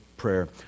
Prayer